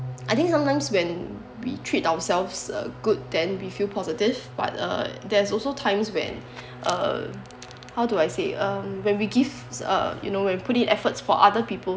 I think sometimes when we treat ourselves uh good then we feel positive but uh there's also times when uh how do I say um when we give uh you know when put in efforts for other people